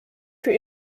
für